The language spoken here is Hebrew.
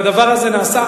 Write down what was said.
והדבר הזה נעשה,